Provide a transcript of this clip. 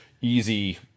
Easy